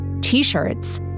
T-shirts